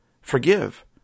forgive